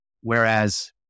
Whereas